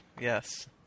yes